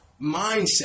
mindset